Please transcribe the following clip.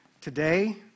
Today